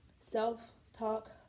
self-talk